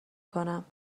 کنم